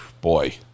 boy